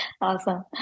Awesome